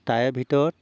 তাৰে ভিতৰত